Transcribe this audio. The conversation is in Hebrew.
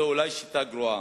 "זו אולי שיטה גרועה,